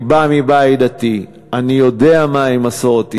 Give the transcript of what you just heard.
אני בא מבית דתי, אני יודע מהי מסורת ישראל.